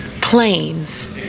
planes